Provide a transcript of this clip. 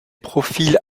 profils